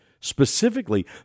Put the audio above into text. specifically